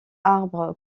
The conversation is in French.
arbre